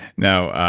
now,